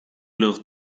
leurs